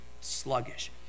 sluggish